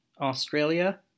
Australia